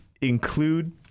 include